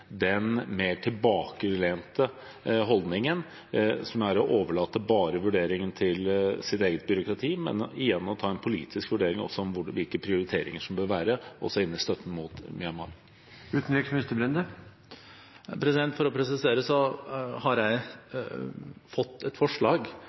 den mer tilbakelente holdningen, som er å overlate vurderingene bare til sitt eget byråkrati, og igjen ta en politisk vurdering av hvilke prioriteringer en bør gjøre, også når det gjelder støtten inn mot Myanmar. For å presisere: Jeg har